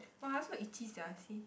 !wah! so itchy sia see